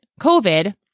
COVID